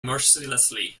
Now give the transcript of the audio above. mercilessly